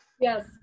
Yes